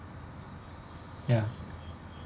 ya